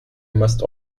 must